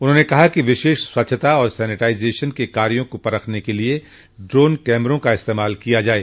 उन्होंने कहा कि विशेष स्वच्छता और सैनिटाइजेशन के कार्यो को परखने के लिये ड्रोन कैमरों का इस्तेमाल किया जाये